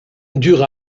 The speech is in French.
dure